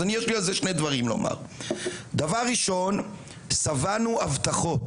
אנחנו וההורים שבענו מהבטחות.